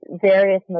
various